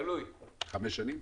חמש שנים?